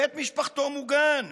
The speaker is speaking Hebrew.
בית משפחתו מוגן,